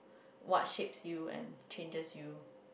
what shape you and changes you